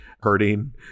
hurting